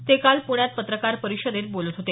ते काल पुण्यात पत्रकार परिषदेत बोलत होते